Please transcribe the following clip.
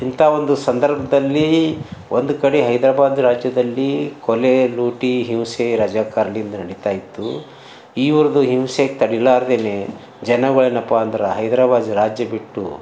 ಇಂಥಾ ಒಂದು ಸಂದರ್ಭದಲ್ಲಿ ಒಂದು ಕಡೆ ಹೈದರಾಬಾದ್ ರಾಜ್ಯದಲ್ಲಿ ಕೊಲೆ ಲೂಟಿ ಹಿಂಸೆ ರಜಾಕರ್ನಿಂದ ನಡೀತಾಯಿತ್ತು ಈವ್ರುದು ಹಿಂಸೆಗೆ ತಡೀಲಾರ್ದೆನೆ ಜನಗಳೇನಪ್ಪ ಅಂದ್ರೆ ಹೈದರಾಬಾದ್ ರಾಜ್ಯ ಬಿಟ್ಟು